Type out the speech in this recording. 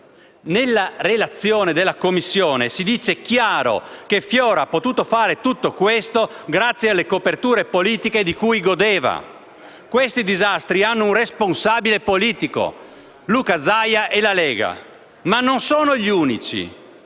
Nella relazione della Commissione si dice chiaramente che Fior ha potuto fare tutto ciò grazie alle coperture politiche di cui godeva. Questi disastri hanno un responsabile politico: Luca Zaia e la Lega Nord. Ma non sono gli unici: